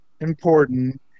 important